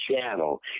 channel